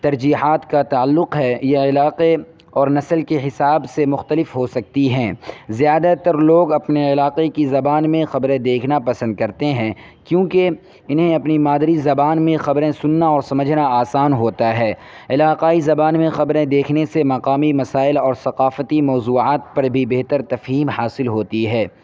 ترجیحات کا تعلق ہے یہ علاقے اور نسل کے حساب سے مختلف ہو سکتی ہیں زیادہ تر لوگ اپنے علاقے کی زبان میں خبریں دیکھنا پسند کرتے ہیں کیونکہ انہیں اپنی مادری زبان میں خبریں سننا اور سمجھنا آسان ہوتا ہے علاقائی زبان میں خبریں دیکھنے سے مقامی مسائل اور ثقافتی موضوعات پر بھی بہتر تفہیم حاصل ہوتی ہے